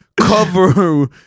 Cover